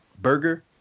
burger